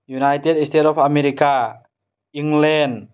united state of America England